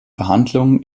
verhandlungen